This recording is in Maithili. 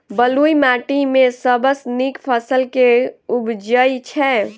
बलुई माटि मे सबसँ नीक फसल केँ उबजई छै?